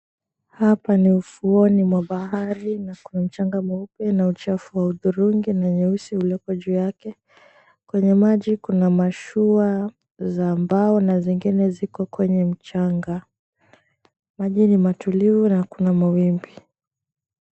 Hapa ni ufuoni mwa bahari na kuna mchanga mweupe na uchafu wa hudhurungi na nyeusi ulioko juu yake. Kwenye maji kuna mashua za mbao na zingine ziko kwenye mchanga. Maji ni matulivu na hakuna mawimbi.